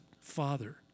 Father